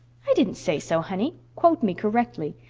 i didn't say so, honey. quote me correctly.